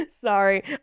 Sorry